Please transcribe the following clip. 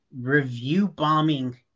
review-bombing